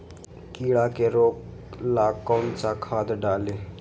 कीड़ा के रोक ला कौन सा खाद्य डाली?